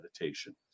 meditation